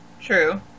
True